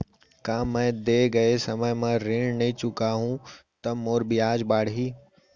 का मैं दे गए समय म ऋण नई चुकाहूँ त मोर ब्याज बाड़ही?